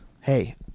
hey